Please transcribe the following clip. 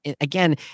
again